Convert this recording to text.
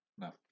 No